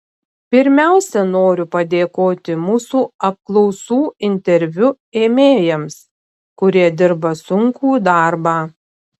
pirmiausia noriu padėkoti mūsų apklausų interviu ėmėjams kurie dirba sunkų darbą